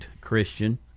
Christian